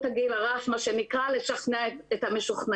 הגיל הרך וזה מה שנקרא לשכנע את המשוכנעים.